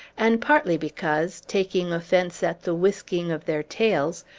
and partly because, taking offence at the whisking of their tails,